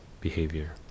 behavior